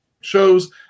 shows